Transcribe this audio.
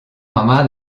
mamá